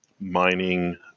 mining